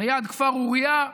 ליד כפר אוריה,